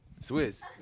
Swiss